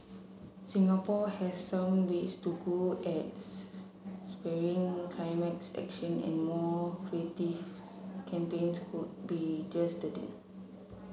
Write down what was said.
Singapore has some ways to go at spurring climates action and more creatives campaigns could be just the thing